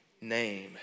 name